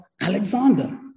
Alexander